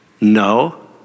No